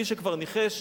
מי שכבר ניחש,